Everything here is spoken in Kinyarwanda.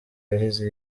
yahize